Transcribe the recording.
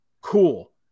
Cool